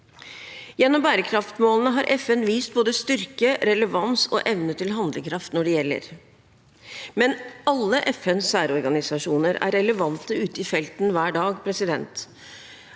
Gjennom bærekraftsmålene har FN vist både styrke, relevans og evne til handlekraft når det gjelder. Men alle FNs særorganisasjoner er relevante ute i felten hver dag.